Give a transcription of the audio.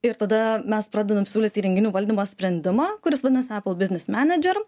ir tada mes pradedam siūlyti įrenginių valdymo sprendimą kuris vadinasi apple biznis menedžer